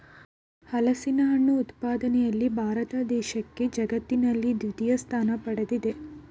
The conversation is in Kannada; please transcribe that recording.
ಹಲಸಿನಹಣ್ಣು ಉತ್ಪಾದನೆಯಲ್ಲಿ ಭಾರತ ದೇಶಕ್ಕೆ ಜಗತ್ತಿನಲ್ಲಿ ದ್ವಿತೀಯ ಸ್ಥಾನ ಪಡ್ದಿದೆ